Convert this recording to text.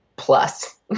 Plus